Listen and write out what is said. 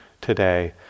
today